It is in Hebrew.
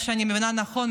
אם אני מבינה נכון,